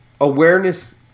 awareness